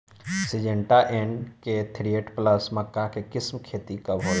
Syngenta NK thirty plus मक्का के किस्म के खेती कब होला?